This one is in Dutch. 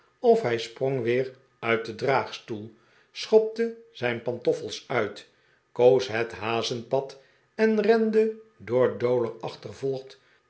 of hij sprong weer uit den draagstoel schopte zijn pantoffels uit koos het hazenpad en rende door dowler achtervolgd